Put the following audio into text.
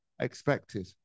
expected